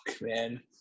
man